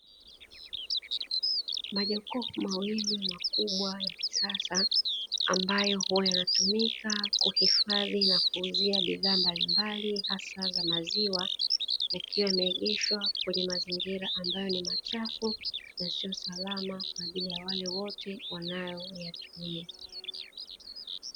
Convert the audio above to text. Majokofu mawili makubwa ya kisasa ambayo huwa yanatumika kuhifadhi na kuuzia bidhaa mbalimbali hasa za maziwa; yakiwa yameegeshwa kwenye mazingira ambayo ni machafu na siyo salama kwa ajili ya wale wanaoyatumia.